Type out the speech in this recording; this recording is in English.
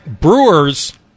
Brewers